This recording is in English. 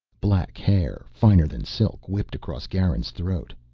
black hair, finer than silk, whipped across garin's throat.